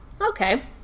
Okay